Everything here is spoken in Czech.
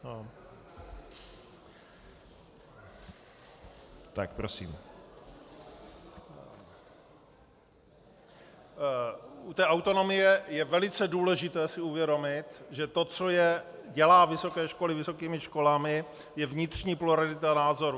U té autonomie je velice důležité si uvědomit, že to, co dělá vysoké školy vysokými školami, je vnitřní pluralita názorů.